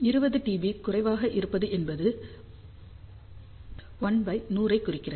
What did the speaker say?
20 DB குறைவாக இருப்பது என்பது 1100 ஐ குறிக்கிறது